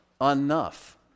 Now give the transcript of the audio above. enough